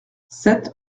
sept